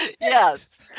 Yes